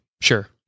Sure